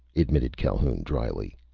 admitted calhoun dryly,